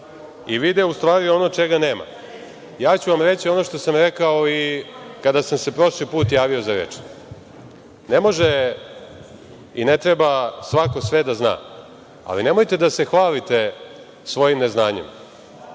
i vide u stvari ono čega nema. Ja ću vam reći ono što sam rekao i kada sam se prošli put javio za reč. Ne može i ne treba svako sve da zna, ali nemojte da se hvalite svojim neznanjem.